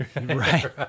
right